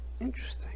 Interesting